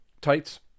tights